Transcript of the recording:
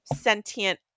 sentient